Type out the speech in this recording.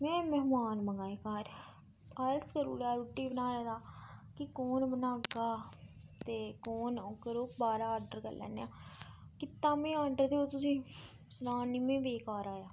में नॉन मंगाए घर आलस करी उड़ेआ रुचट्टी बनाने दा कि कौन बनाह्गा ते कौन ओह् करोग बाह्रा आर्डर करी लैन्ने आं कीता में ऑडर ते तुसें सनानी में बेकार आए